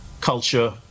culture